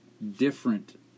Different